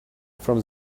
from